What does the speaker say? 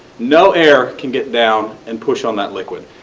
no air can get down and push on that liquid.